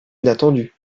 inattendues